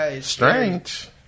Strange